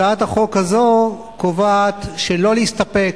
הצעת החוק הזו קובעת שלא להסתפק